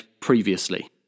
previously